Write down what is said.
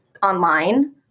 online